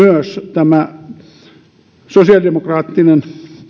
osuutensa myös sosiaalidemokraattinen